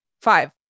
Five